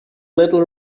little